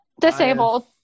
disabled